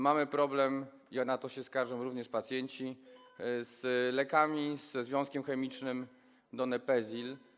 Mamy problem - na to skarżą się również pacjenci - z lekami ze związkiem chemicznym donepezil.